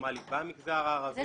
הבלתי-פורמלי במגזר הערבי ולהעצמת